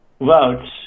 votes